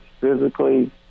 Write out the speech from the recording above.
physically